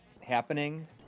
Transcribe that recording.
Happening